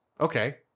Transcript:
Okay